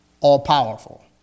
all-powerful